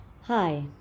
Hi